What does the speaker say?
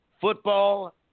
football